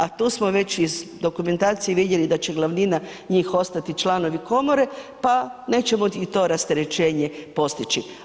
A tu smo već iz dokumentacije vidjeli da će glavnina njih ostati članovi komore, pa nećemo i to rasterećenje postići.